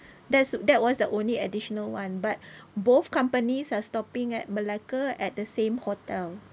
that's that was the only additional one but both companies are stopping at Malacca at the same hotel